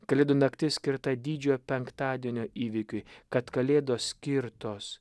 kalėdų naktis skirta didžiojo penktadienio įvykiui kad kalėdos skirtos